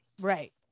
Right